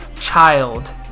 child